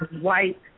white